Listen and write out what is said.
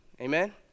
Amen